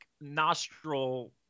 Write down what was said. nostril